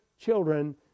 children